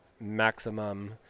maximum